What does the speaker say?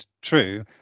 true